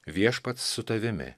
viešpats su tavimi